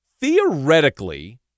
Theoretically